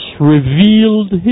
revealed